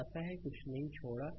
आशा है कुछ नहीं छोड़ा है ०